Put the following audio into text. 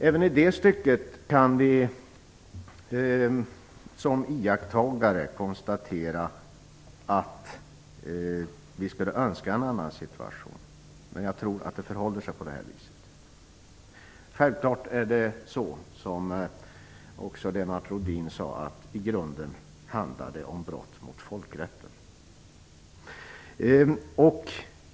Även i det stycket kan vi som iakttagare konstatera att vi skulle önska en annan situation, men jag tror att det förhåller sig på det här viset. Självklart handlar det - som också Lennart Rohdin sade - i grunden om brott mot folkrätten.